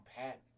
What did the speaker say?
pat